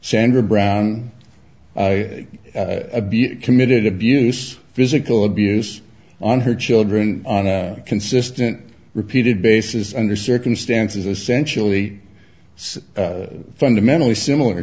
sandra brown committed abuse physical abuse on her children on a consistent repeated basis under circumstances essentially fundamentally similar